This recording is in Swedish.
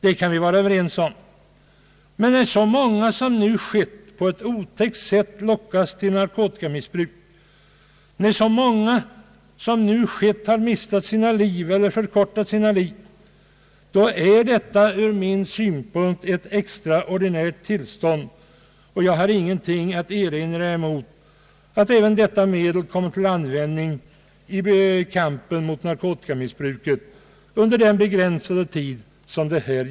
Men när nu så många människor på ett otäckt sätt lockats till narkotikamissbruk, när så många människor har mistat eller förkortat sina liv, är detta ur min synpunkt ett extraordinärt tillstånd, och jag har ingenting att erinra emot att även detta medel kommer till användning i kampen mot narkotikamissbruket under den begränsade tid det gäller.